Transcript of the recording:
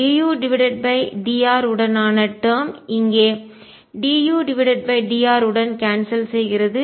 dudr உடனான term இங்கே dudr உடன் கான்செல் செய்கிறது